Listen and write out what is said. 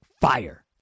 FIRE